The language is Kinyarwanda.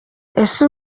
ese